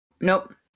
Nope